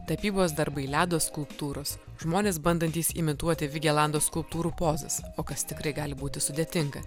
tapybos darbai ledo skulptūros žmonės bandantys imituoti vigelando skulptūrų pozas o kas tikrai gali būti sudėtinga